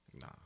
Nah